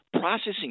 processing